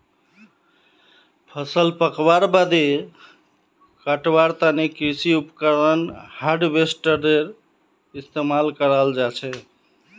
फसल पकवार बादे कटवार तने कृषि उपकरण हार्वेस्टरेर इस्तेमाल कराल जाछेक